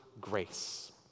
grace